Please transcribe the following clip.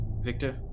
Victor